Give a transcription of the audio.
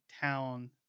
town